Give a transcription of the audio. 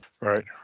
Right